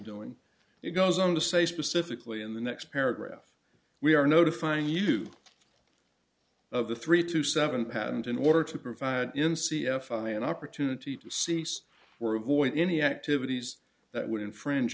doing it goes on to say specifically in the next paragraph we are notifying you of the three to seven patent in order to provide in c f i an opportunity to cease or avoid any activities that would infringe